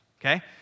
okay